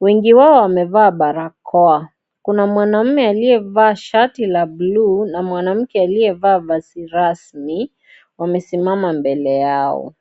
Wengi wao wamevaa barakoa. Kuna mwanaume aliyevaa shati la buluu na mwanamke aliyevaa vazi rasmi, wamesimama mbele Yao.